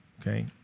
Okay